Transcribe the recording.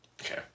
Okay